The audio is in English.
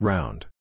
Round